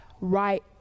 right